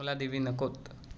मला देवी नकोत